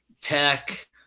tech